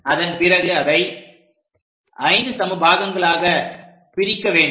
அதன் பிறகு அதை 5 சம பாகங்களாகப் பிரிக்க வேண்டும்